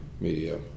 media